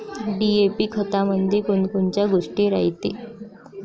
DAP खतामंदी कोनकोनच्या गोष्टी रायते?